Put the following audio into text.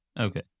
Okay